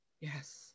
Yes